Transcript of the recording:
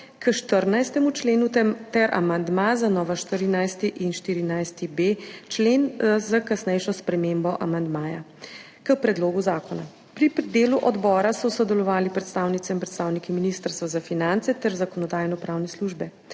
k 14. členu, ter amandma za nova 14. in 14.b člen s kasnejšo spremembo amandmaja k predlogu zakona. Pri delu odbora so sodelovali predstavnice in predstavniki Ministrstva za finance ter Zakonodajno-pravne službe.